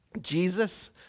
Jesus